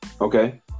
Okay